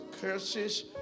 curses